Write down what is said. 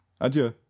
Adieu